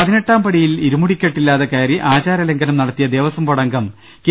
പതിനെട്ടാം പടിയിൽ ഇരുമുടിക്കെട്ടില്ലാതെ കയറി ആചാര ലംഘനം നടത്തിയ ദേവസ്വം ബോർഡ് അംഗം കെ